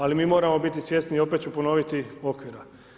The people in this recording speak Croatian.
Ali mi moramo biti svjesni i opet ću ponoviti okvira.